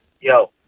yo